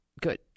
good